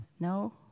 No